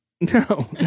No